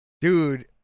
dude